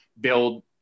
build